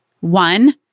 One